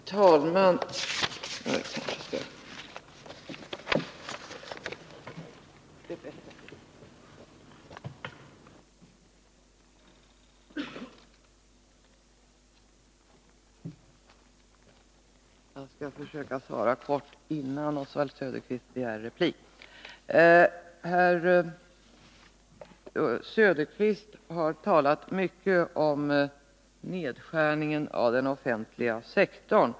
Herr talman! Jag skall försöka svara kortfattat innan Oswald Söderqvist begär replik. Herr Söderqvist har talat mycket om nedskärningen av den offentliga sektorn.